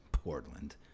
Portland